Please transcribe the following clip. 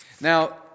Now